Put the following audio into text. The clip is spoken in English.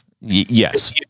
yes